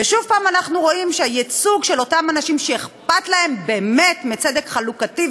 ושוב אנחנו רואים שהייצוג של אותם אנשים שאכפת להם באמת מצדק חלוקתי,